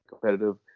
competitive